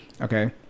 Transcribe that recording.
okay